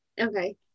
Okay